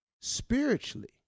spiritually